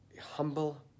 humble